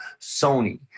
Sony